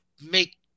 make